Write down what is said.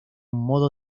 modo